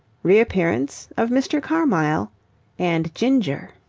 reappearance of mr. carmyle and ginger